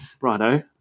Righto